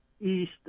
east